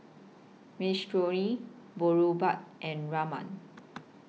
Minestrone Boribap and Rajma